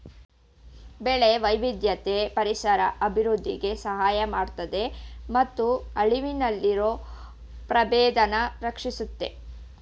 ಬೆಳೆ ವೈವಿಧ್ಯತೆ ಪರಿಸರ ಅಭಿವೃದ್ಧಿಗೆ ಸಹಾಯ ಮಾಡ್ತದೆ ಮತ್ತು ಅಳಿವಿನಲ್ಲಿರೊ ಪ್ರಭೇದನ ರಕ್ಷಿಸುತ್ತೆ